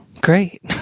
Great